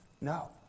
No